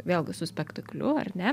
vėlgi su spektakliu ar ne